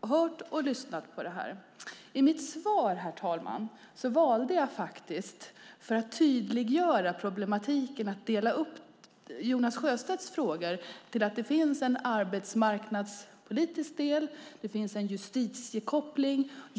Jag har lyssnat på dem. I mitt svar, herr talman, valde jag för att tydliggöra problematiken att dela upp Jonas Sjöstedts frågor i en arbetsmarknadspolitisk del och en del med justitiekoppling.